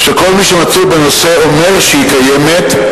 וכל מי שמצוי בנושא אומר שהיא קיימת,